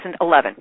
2011